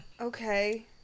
okay